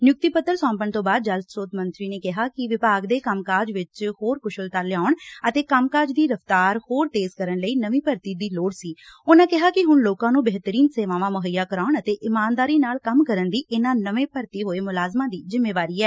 ਨਿਯੁਕਤੀ ਪੂੰਤਰ ਸੌਂਪਣ ਬਾਅਦ ਜਲ ਸਰੋਤ ਮੰਤਰੀ ਨੇ ਕਿਹਾ ਕਿ ਵਿਭਾਗ ਦੇ ਕੰਮ ਕਾਜ ਵਿਚ ਹੋਰ ਕੁਸ਼ਲਤਾ ਲਿਆਉਣ ਅਤੇ ਕੰਮਕਾਜ ਦੀ ਰਫ਼ਤਾਰ ਹੋਰ ਤੇਜ਼ ਕਰਨ ਲਈ ਨਵੀਂ ਭਰਤੀ ਦੀ ਲੋਤ ਸੀ ਉਨੁਾਂ ਕਿਹਾ ਕਿ ਹੁਣ ਲੋਕਾਂ ਨੂੰ ਬਿਹਤਰੀਨ ਸੇਵਾਵਾਂ ਮੁੱਹਈਆ ਕਰਾਉਣ ਅਤੇ ਇਮਾਨਦਾਰੀ ਨਾਲ ਕੰਮ ਕਰਨ ਦੀ ਇਨੂਾ ਨਵੇ ਂ ਭਰਤੀ ਹੋਏ ਮੁਲਜਮਾ ਦੀ ਜਿਮੇਵਾਰੀ ਐ